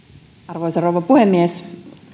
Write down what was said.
arvoisa rouva puhemies